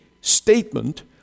statement